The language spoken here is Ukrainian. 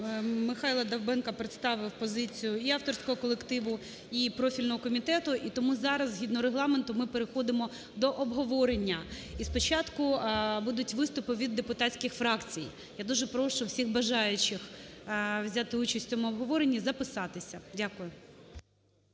МихайлоДовбенко представив позицію і авторського колективу, і профільного комітету, і тому зараз згідно Регламенту ми переходимо до обговорення. І спочатку будуть виступи від депутатських фракцій. Я дуже прошу всіх бажаючих взяти участь в цьому обговоренні, записатися. Дякую.